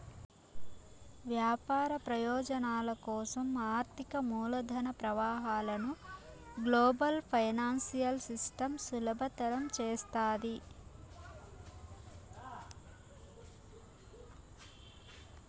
వ్యాపార ప్రయోజనాల కోసం ఆర్థిక మూలధన ప్రవాహాలను గ్లోబల్ ఫైనాన్సియల్ సిస్టమ్ సులభతరం చేస్తాది